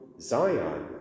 Zion